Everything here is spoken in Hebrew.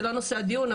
זה לא נושא הדיון,